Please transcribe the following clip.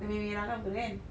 dia punya punya ragam itu kan